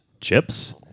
chips